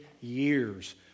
years